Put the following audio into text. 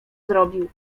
zrobił